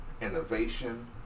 innovation